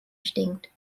stinkt